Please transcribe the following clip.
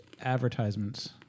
advertisements